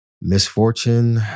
misfortune